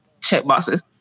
checkboxes